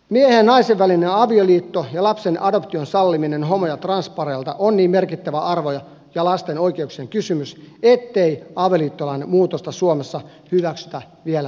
miehen ja naisen välinen avioliitto ja lapsen adoption kieltäminen homo ja transpareilta on niin merkittävä arvo ja lasten oikeuksien kysymys ettei avioliittolain muutosta suomessa hyväksytä vielä pitkään aikaan